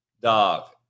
Dog